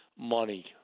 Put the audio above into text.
money